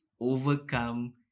overcome